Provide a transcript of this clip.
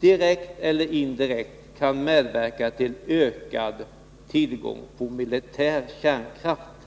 direkt eller indirekt, kan medverka till ökad tillgång till militär kärnkraft.